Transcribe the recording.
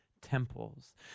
temples